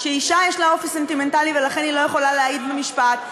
שאישה יש לה אופי סנטימנטלי ולכן היא לא יכולה להעיד במשפט,